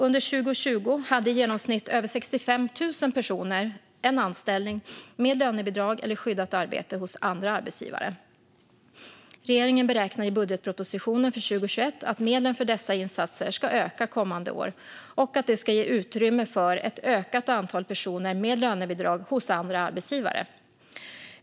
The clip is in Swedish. Under 2020 hade i genomsnitt över 65 000 personer en anställning med lönebidrag eller skyddat arbete hos andra arbetsgivare. Regeringen beräknar i budgetpropositionen för 2021 att medlen för dessa insatser ska öka kommande år och att det ska ge utrymme för ett ökat antal personer med lönebidrag hos andra arbetsgivare.